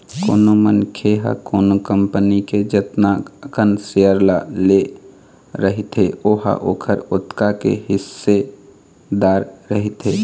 कोनो मनखे ह कोनो कंपनी के जतना अकन सेयर ल ले रहिथे ओहा ओखर ओतका के हिस्सेदार रहिथे